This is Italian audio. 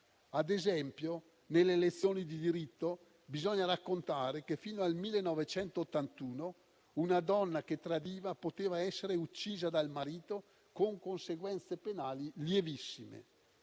Ad esempio, nelle lezioni di diritto bisogna raccontare che fino al 1981 una donna che tradiva poteva essere uccisa dal marito con conseguenze penali lievissime,